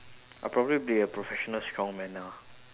I'll probably be a professional strongman ah